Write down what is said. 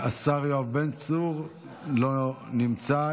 השר יואב בן צור, לא נמצא.